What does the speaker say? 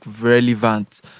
relevant